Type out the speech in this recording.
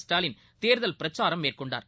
ஸ்டாலின் தேர்தல் பிரச்சாரம் மேற்கொண்டார்